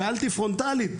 שאלתי פרונטלית,